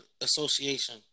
Association